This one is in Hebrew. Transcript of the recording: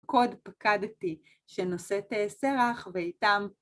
פקוד פקדתי שנושאת סרח ואיתם.